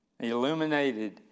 Illuminated